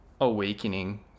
awakening